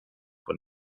von